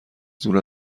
زور